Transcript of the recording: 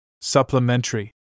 Supplementary